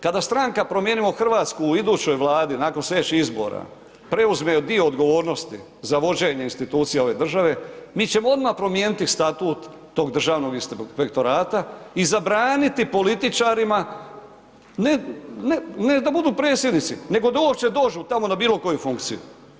Kada stranka Promijenimo Hrvatsku u idućoj Vladi nakon sljedećih izbora preuzme dio odgovornosti za vođenje institucija ove države, mi ćemo odmah promijeniti statut tog Državnog inspektorata i zabraniti političarima, ne da budu predsjednici, nego da uopće dođu tamo na bilo koju funkciju.